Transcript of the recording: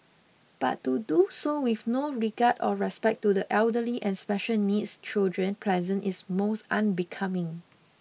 but to do so with no regard or respect to the elderly and special needs children present is most unbecoming